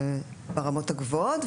ברמות הגבוהות,